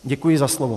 Děkuji za slovo.